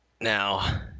Now